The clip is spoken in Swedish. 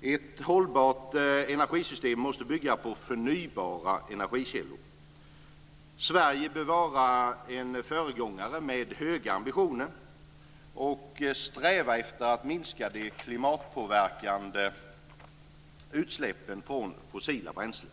Ett hållbart energisystem måste bygga på förnybara energikällor. Sverige bör vara en föregångare med höga ambitioner och sträva efter att minska de klimatpåverkande utsläppen från fossila bränslen.